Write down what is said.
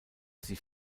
sie